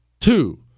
Two